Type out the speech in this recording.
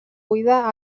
buida